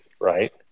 Right